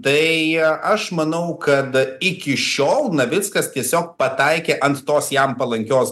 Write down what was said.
tai aš manau kad iki šiol navickas tiesiog pataikė ant tos jam palankios